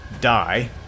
die